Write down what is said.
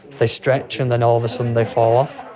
they stretch and then all of a sudden they fall off.